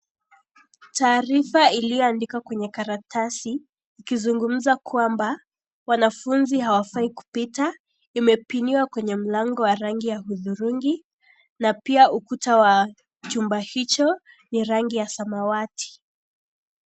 Taarifa ilioandika kwenye karatasi, ikizungumza kwamba, wanafunzi hawafai kupita. Imepiniwa kwenye mlango wa rangi ya hudhurungi na pia ukuta wa chumba hicho ni rangi ya samawati.